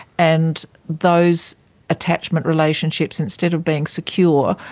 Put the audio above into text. and those attachment relationships, instead of being secure,